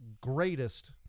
greatest